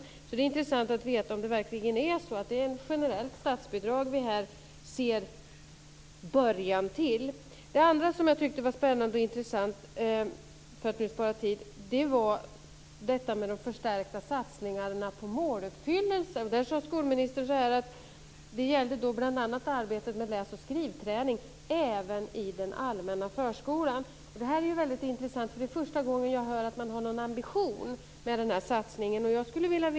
Det vore alltså intressant att få veta om det verkligen är så att det är ett generellt statsbidrag som vi här ser början till. Det andra som jag tyckte var spännande och intressant var - för att spara tid - detta med de förstärkta satsningarna på måluppfyllelse. Skolministern sade att det gällde bl.a. arbetet med läs och skrivträning, även i den allmänna förskolan. Detta är väldigt intressant. Det är första gången som jag hör att man har en ambition med den här satsningen.